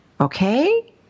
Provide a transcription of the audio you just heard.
Okay